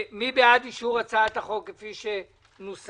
מי בעד אישור הצעת החוק כפי שנוסחה